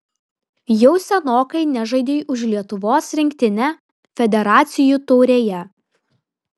jau senokai nežaidei už lietuvos rinktinę federacijų taurėje